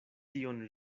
tion